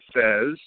says